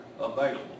available